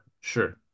sure